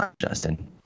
justin